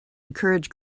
encourage